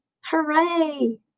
hooray